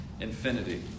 infinity